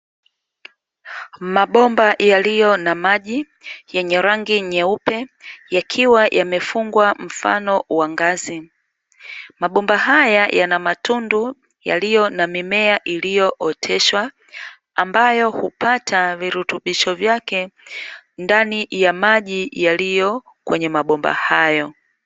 Mabomba yaliyo na maji yenye rangi nyeupe, yakiwa yamefungwa mfano wa ngazi. Mabomba haya yana matundu yaliyo na mimea iliyooteshwa, ambayo hupata virutubisho vyake ndani ya maji yaliyo kwenye mabomba hayo.